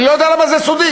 אני לא יודע למה זה סודי,